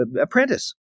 apprentice